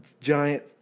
giant